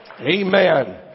Amen